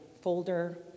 folder